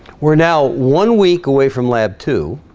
we're now one week away from lab to